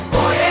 Boy